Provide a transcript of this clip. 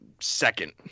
second